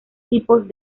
tipos